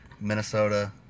Minnesota